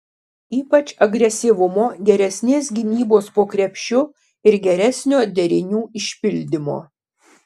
ypač agresyvumo geresnės gynybos po krepšiu ir geresnio derinių išpildymo